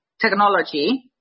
technology